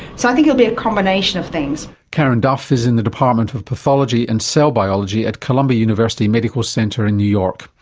so i think it will be a combination of things. karen duff is in the department of pathology and cell biology at columbia university medical centre in new york.